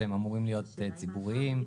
אמורים להיות ציבוריים.